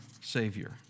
savior